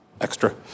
extra